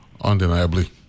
Undeniably